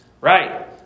Right